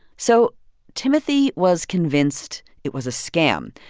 so timothy was convinced it was a scam.